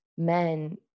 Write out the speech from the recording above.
Men